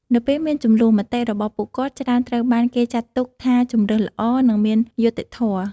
នៅពេលមានជម្លោះ មតិរបស់ពួកគាត់ច្រើនត្រូវបានគេចាត់ទុកថាជម្រើសល្អ និងមានយុត្តិធម៌។